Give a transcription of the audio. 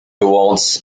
awards